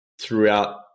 throughout